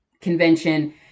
convention